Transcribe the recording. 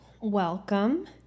welcome